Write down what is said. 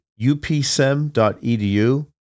upsem.edu